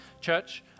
Church